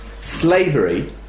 Slavery